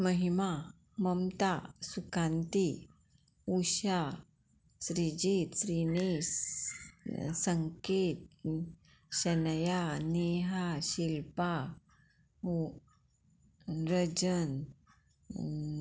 Mahima Mamata Sukanti Usha Srijit Srinish Sanket Shanaya Neha Shilpa Ranjan